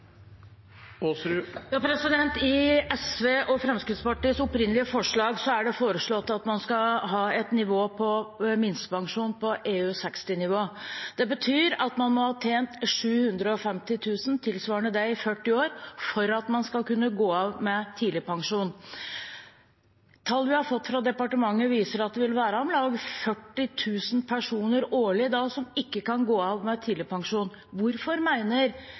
det foreslått at nivået på minstepensjon skal være på EU60-nivå. Det betyr at man må ha tjent 750 000 kr i 40 år for at man skal kunne gå av med tidligpensjon. Tall vi har fått fra departementet, viser at det vil være om lag 40 000 personer årlig som da ikke kan gå av med tidligpensjon. Hvorfor